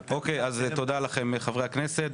תודה לכם חברי הכנסת.